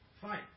fight